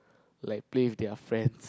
like play with their friends